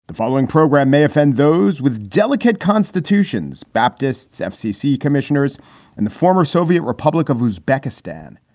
the following program may offend those with delicate constitutions, baptist's, fcc commissioners and the former soviet republic of uzbekistan